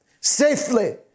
safely